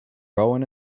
rowan